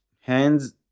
hands